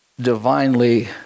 divinely